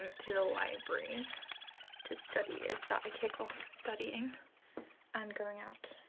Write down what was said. to the library to study, is that i tick off studying and going out.